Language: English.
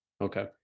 Okay